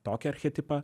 tokį archetipą